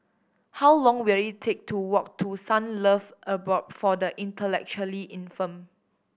how long will it take to walk to Sunlove Abode for the Intellectually Infirmed